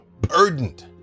burdened